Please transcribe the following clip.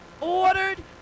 ordered